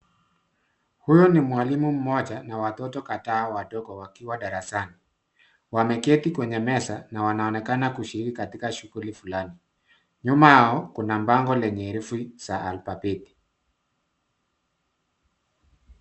Huyu ni mwalimu mmoja na watoto kadhaa wadogo wakiwa darasani wameketi kwenye meza na wanaonekana kushiriki katika shughuli fulani. Nyuma yao kuna mbango lenye herufi za alfabeti.